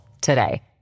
today